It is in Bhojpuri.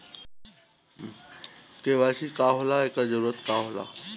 के.वाइ.सी का होला एकर जरूरत का होला?